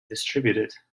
distributed